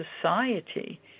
society